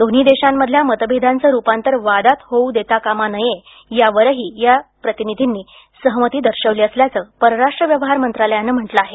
दोन्ही देशांमधल्या मतभेदांचं रुपांतर वादात होऊ देता कामा नये यावरही या दोन्ही प्रतिनिधींनी सहमती दर्शवली असल्याचं परराष्ट्र व्यवहार मंत्रालयानं म्हटलं आहे